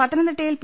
പത്തനംതിട്ടയിൽ പി